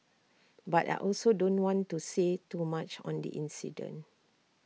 but I also don't want to say too much on the incident